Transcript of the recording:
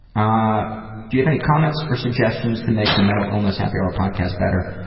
ah do you have any comments or suggestions to make the mental illness happy hour podcast better?